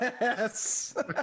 yes